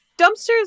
dumpsters